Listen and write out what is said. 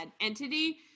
entity